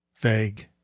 vague